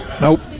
nope